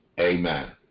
amen